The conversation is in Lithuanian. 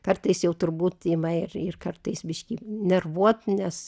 kartais jau turbūt ima ir ir kartais biškį nervuot nes